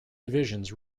divisions